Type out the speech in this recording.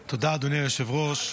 תודה, אדוני היושב-ראש.